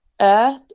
earth